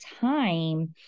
time